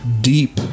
deep